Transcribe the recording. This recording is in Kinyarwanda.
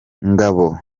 ngabo